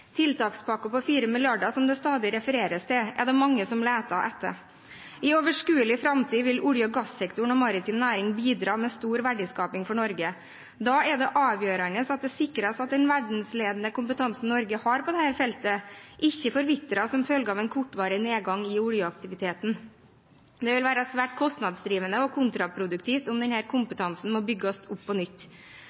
på 4 mrd. kr som det stadig refereres til, er det mange som leter etter. I overskuelig framtid vil olje- og gassektoren og maritim næring bidra med stor verdiskaping for Norge. Da er det avgjørende at det sikres at den verdensledende kompetansen Norge har på dette feltet, ikke forvitrer som følge av en kortvarig nedgang i oljeaktiviteten. Det vil være svært kostnadsdrivende og kontraproduktivt om denne kompetansen må bygges opp på nytt.